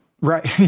Right